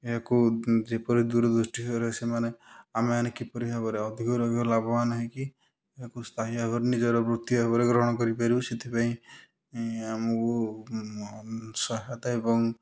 ଏହାକୁ ଯେପରି ଦୂର ଦୃଷ୍ଟି ଭାବରେ ସେମାନେ ଆମେ ମାନେ କିପରି ଭାବରେ ଅଧିକରୁ ଅଧିକ ଲାଭବାନ ହେଇକି ଆକୁ ସ୍ଥାୟୀ ଭାବରେ ନିଜର ବୃତ୍ତି ଭାବରେ ଗ୍ରହଣ କରିପାରିବୁ ସେଥିପାଇଁ ଆମକୁ ସହାୟତା ଏବଂ